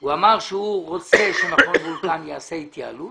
הוא אמר שהוא רוצה שמכון וולקני יעשה התייעלות